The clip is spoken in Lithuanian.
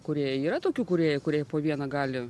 kurie yra tokių kūrėjų kurie po vieną gali